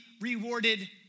rewarded